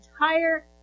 entire